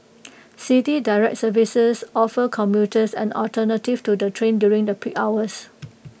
City Direct services offer commuters an alternative to the train during the peak hours